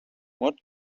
what